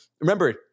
Remember